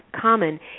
common